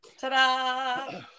Ta-da